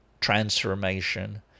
transformation